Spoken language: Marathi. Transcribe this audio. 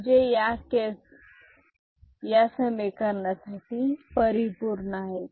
म्हणजे या केस या समीकरणासाठी परिपूर्ण आहेत